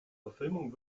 verfilmung